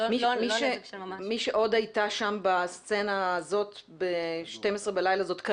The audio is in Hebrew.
להיפך, אם היית פה בתחילת דבריי אז היית